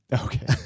Okay